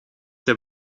der